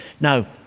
Now